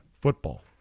football